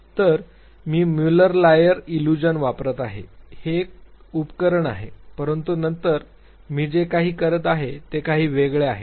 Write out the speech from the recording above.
तर मी Muller Lyer illusion वापरत आहे हे खूप उपकरण आहे परंतु नंतर मी जे काही करत आहे ते काही वेगळे आहे